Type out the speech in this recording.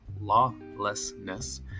lawlessness